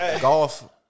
Golf